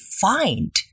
find